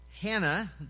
Hannah